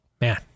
Man